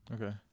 Okay